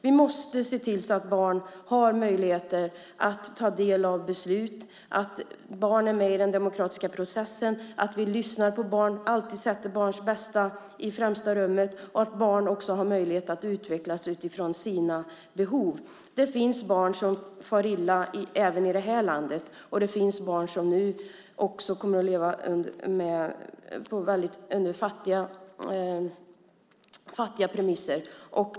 Vi måste se till att barn har möjligheter att ta del av beslut, att barn är med i den demokratiska processen, att vi lyssnar på barn och alltid sätter barns bästa i främsta rummet och att barn också har möjlighet att utvecklas utifrån sina behov. Det finns barn som far illa även i det här landet, och det finns barn som nu också kommer att leva under fattiga premisser.